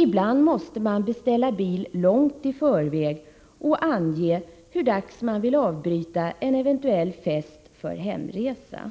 Ibland måste man beställa bil långt i förväg och ange hur dags man vill avbryta en eventuell fest för hemresa.